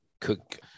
cook